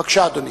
בבקשה, אדוני.